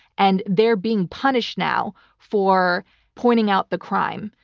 and they're being punished now for pointing out the crime.